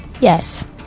Yes